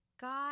God